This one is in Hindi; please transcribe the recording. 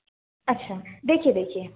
अच्छा देखिए देखिए